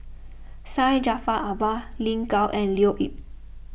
Syed Jaafar Albar Lin Gao and Leo Yip